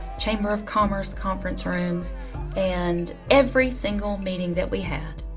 chamber of commerce conference rooms and every single meeting that we had,